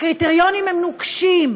הקריטריונים הם נוקשים,